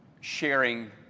sharing